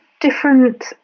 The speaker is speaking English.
different